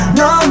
no